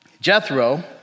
Jethro